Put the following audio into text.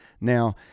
Now